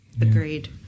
Agreed